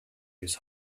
his